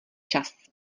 čas